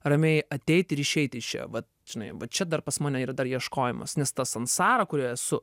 ramiai ateiti ir išeiti iš čia va žinai va čia dar pas mane yra dar ieškojimas nes ta sansara kurioj esu